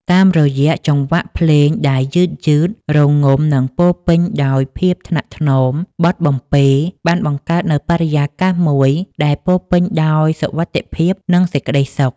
តាមរយៈចង្វាក់ភ្លេងដែលយឺតៗ រងំ និងពោរពេញដោយភាពថ្នាក់ថ្នម បទបំពេបានបង្កើតនូវបរិយាកាសមួយដែលពោរពេញដោយសុវត្ថិភាព និងសេចក្ដីសុខសាន្ត